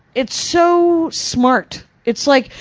it's so smart. it's like,